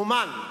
אמן,